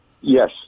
Yes